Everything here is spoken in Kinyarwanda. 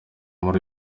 muri